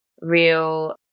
real